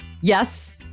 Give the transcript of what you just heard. Yes